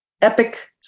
epic